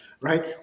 right